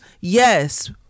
Yes